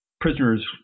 prisoners